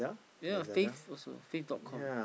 ya face also face-dot-com